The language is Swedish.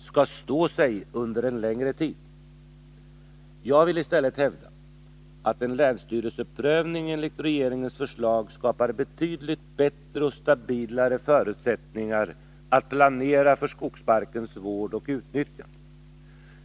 skall stå sig under en längre tid. Jag vill i stället hävda att en länsstyrelseprövning enligt regeringens förslag skapar betydligt bättre och stabilare förutsättningar när det gäller att planera för skogsmarkens vård och utnyttjande.